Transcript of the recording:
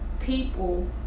people